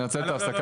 ננצל את ההפסקה.